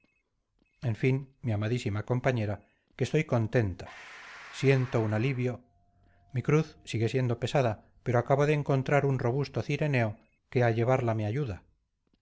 en fin mi amadísima compañera que estoy contenta siento un alivio mi cruz sigue siendo pesada pero acabo de encontrar un robusto cireneo que a llevarla me ayuda